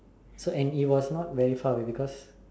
so and it was not verified because